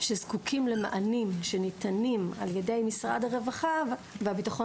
הזקוקים למענים שניתנים על ידי משרד הרווחה והביטחון